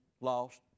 lost